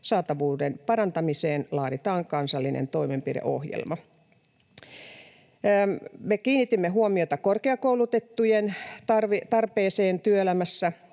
saatavuuden parantamiseen laaditaan kansallinen toimenpideohjelma. Me kiinnitimme huomiota korkeakoulutettujen tarpeeseen työelämässä,